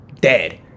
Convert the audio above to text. dead